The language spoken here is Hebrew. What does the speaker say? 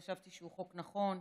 חשבתי שהוא חוק נכון,